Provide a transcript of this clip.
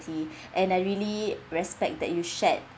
poverty and I really respect that you shared